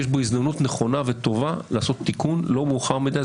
יש כאן הזדמנות נכונה וטובה לעשות תיקון וזה לא מאוחר מדי.